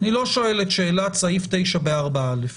אני לא שואל את שאלת סעיף 9 ב-4א.